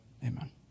Amen